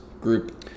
group